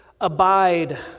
Abide